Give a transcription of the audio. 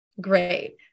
great